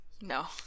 No